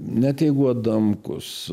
net jeigu adamkus